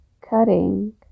cutting